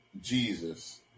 Jesus